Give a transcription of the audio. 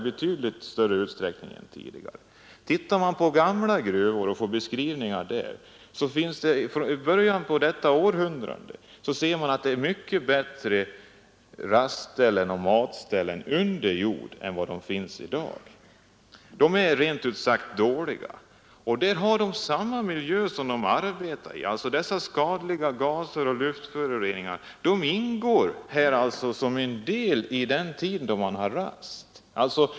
Jämför man med beskrivningar av förhållandena vid gamla gruvor, kan man konstatera att det i början av detta århundrade fanns mycket bättre rastställen och matställen under jord än som finns i dag. Nu är de rent ut sagt dåliga. Dessutom vistas arbetarna i samma miljö på rasterna som när de arbetar. Skadliga gaser och luftföroreningar ingår som en del av luften de andas även när de har rast.